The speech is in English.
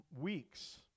Weeks